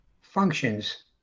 functions